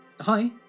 hi